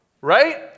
Right